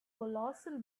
colossal